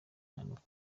mpanuka